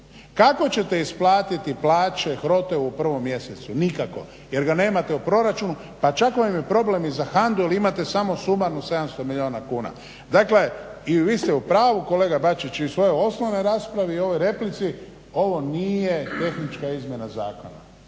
Kako ćete isplatiti plaće HROTE-u u 1. mjesecu, nikako, jer ga nemate u proračunu, pa čak vam je problem i za HANDA-u jer imate samo … 700 milijuna kuna. Dakle i vi ste u pravu kolega Bačić i u svojoj osnovnoj raspravi i u ovoj replici, ovo nije tehnička izmjena zakona.